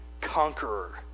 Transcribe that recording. conqueror